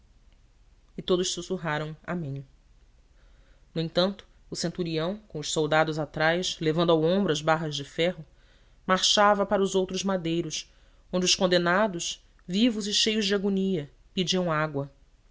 e todos sussurraram amém no entanto o centurião com os soldados atrás levando ao ombro as barras de ferro marchava para os outros madeiros onde os condenados vivos e cheios de agonia pediam água